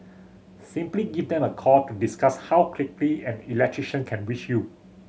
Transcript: simply give them a call to discuss how quickly an electrician can reach you